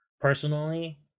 personally